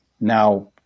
Now